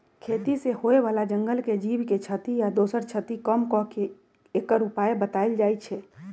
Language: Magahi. खेती से होय बला जंगल के जीव के क्षति आ दोसर क्षति कम क के एकर उपाय् बतायल जाइ छै